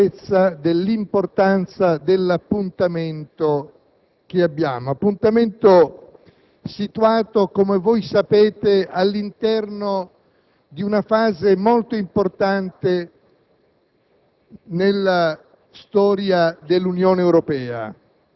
abbia dato prova di vera consapevolezza dell'importanza dell'appuntamento che abbiamo davanti, appuntamento situato, come voi sapete, all'interno di una fase molto importante